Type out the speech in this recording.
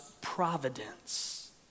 providence